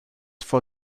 for